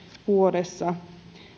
vuodessa